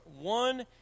one